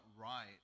right